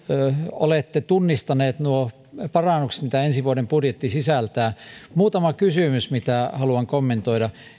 olette tunnistaneet nuo parannukset mitä ensi vuoden budjetti sisältää muutama kysymys mitä haluan kommentoida